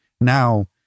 Now